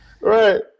right